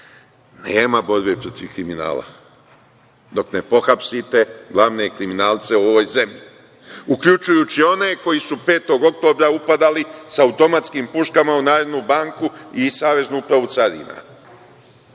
Nema borbe protiv kriminala dok ne pohapsite glavne kriminalce u ovoj zemlji, uključujući one koji su 5. oktobra upadali sa automatskim puškama u Narodnu banku i Saveznu upravu carina